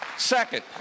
Second